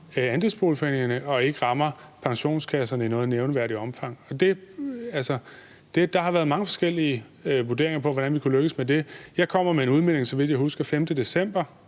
andelsboligforeningerne og uden at ramme pensionskasserne i noget nævneværdigt omfang. Der har været mange forskellige vurderinger af, hvordan vi kunne lykkes med det. Jeg kommer med en udmelding, så vidt jeg husker, den 5. december,